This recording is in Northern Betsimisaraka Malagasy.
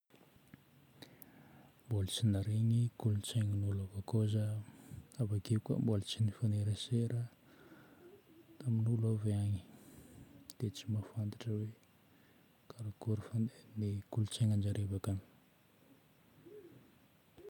Mbola tsy naharegny kolontsainan'olo avy akao zaho. Avake koa mbola tsy nifanerasera tamin'olo avy agny. Dia tsy mahafantatra hoe karakory fandehan'ny kolontsainan-jare avy akany.